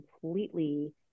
completely